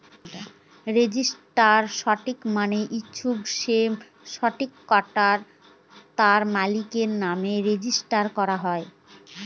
registered stock মানে হচ্ছে সে স্টকটা তার মালিকের নামে রেজিস্টার করা হয়